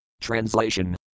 Translation